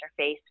interface